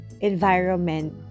environment